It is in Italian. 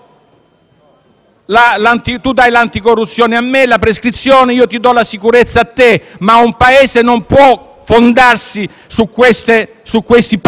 mi dai l'anticorruzione e la prescrizione, io ti do la sicurezza. Un Paese non può però fondarsi su questi patti.